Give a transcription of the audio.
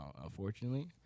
unfortunately